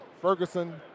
Ferguson